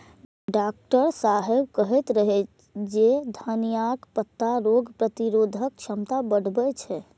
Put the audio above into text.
doctor साहेब कहैत रहै जे धनियाक पत्ता रोग प्रतिरोधक क्षमता बढ़बै छै